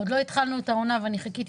עוד לא התחלנו את העונה ואני חיכיתי